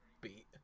beat